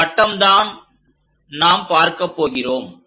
இந்த வட்டம் தான் நாம் பார்க்கப் போகிறோம்